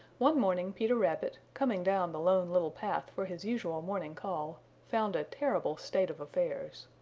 one morning peter rabbit, coming down the lone little path for his usual morning call, found a terrible state of affairs.